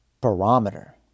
barometer